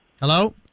Hello